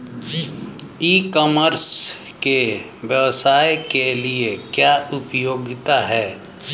ई commerce के व्यवसाय के लिए क्या उपयोगिता है?